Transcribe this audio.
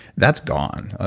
that's gone. ah